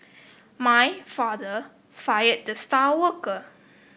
my father fired the star worker